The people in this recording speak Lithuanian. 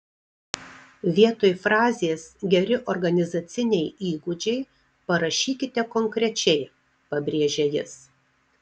vietoj frazės geri organizaciniai įgūdžiai parašykite konkrečiai pabrėžia jis